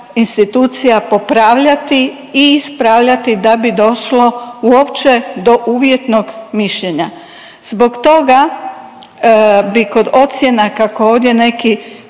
institucija popravljati i ispravljati da bi došlo uopće do uvjetnog mišljenja. Zbog toga bi kod ocjena, kako ovdje neki